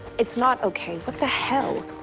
it's not okay. what the hell?